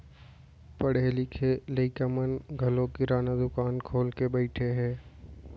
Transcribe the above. पढ़े लिखे लइका मन घलौ किराना दुकान खोल के बइठे हें